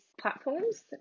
platforms